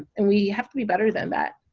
and we have to be better than that.